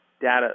data